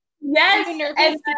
Yes